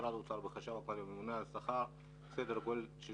במשרד האוצר ובחשב הממונה על השכר סדר גודל של